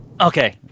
okay